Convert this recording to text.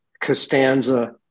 Costanza